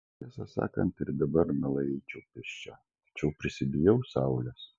tiesą sakant ir dabar mielai eičiau pėsčia tačiau prisibijau saulės